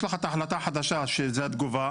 יש לך החלטה חדשה שזה התגובה.